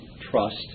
trust